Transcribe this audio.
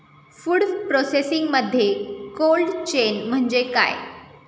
Food प्रोसेसिंगमध्ये cold chain म्हणजे काय?